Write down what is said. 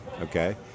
okay